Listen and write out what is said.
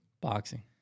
Boxing